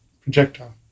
projectile